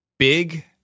Big